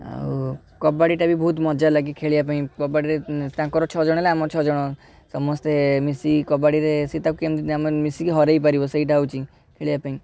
ଆଉ କବାଡ଼ି ଟା ବି ବହୁତ୍ ମଜା ଲାଗେ ଖେଳିବା ପାଇଁ କବାଡ଼ିରେ ତାଙ୍କର ଛ'ଅ ଜଣ ହେଲେ ଆମର ଛ'ଅ ଜଣ ସମସ୍ତେ ମିଶିକି କବାଡ଼ିରେ ସେ ତାକୁ କେମିତି ମିଶିକି ମାନେ ମିଶିକି ହରେଇ ପାରିବ ସେଇଟା ହେଉଛି ଖେଳିବା ପାଇଁ